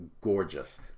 gorgeous